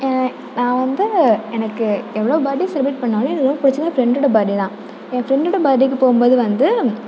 நான் வந்து எனக்கு எவ்வளோ பர்த் டே செலப்ரேட் பண்ணிணாலும் எனக்கு எது பிடிச்சதுனா என் ஃப்ரெண்டோட பர்த் டே தான் என் ஃப்ரெண்டோட பர்த் டேவுக்கு போகும்போது வந்து